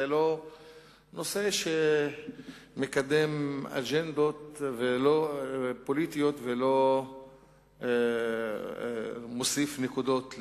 זה לא נושא שמקדם אג'נדות פוליטיות ולא מוסיף נקודות,